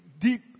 deep